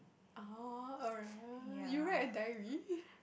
!orh! alright you write a diary